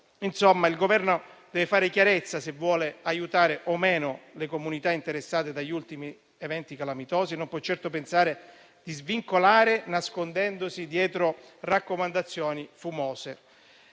Insomma, il Governo deve fare chiarezza e decidere se vuole aiutare o meno le comunità interessate dagli ultimi eventi calamitosi; non può certo pensare di svicolare nascondendosi dietro raccomandazioni fumose.